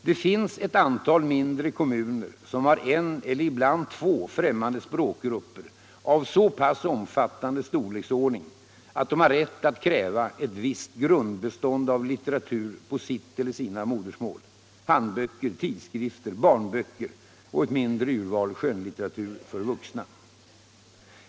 Det finns ett antal mindre kommuner som har en eller ibland två främmande språkgrupper av så pass omfattande storleksordning att de har rätt att kräva ett visst grundbestånd av litteratur på sitt eller sina modersmål — handböcker, tidskrifter, barnböcker och ett mindre urval skönlitteratur för vuxna.